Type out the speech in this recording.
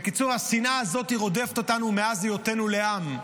בקיצור, השנאה הזאת רודפת אותנו מאז היותנו לעם,